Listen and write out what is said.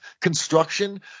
construction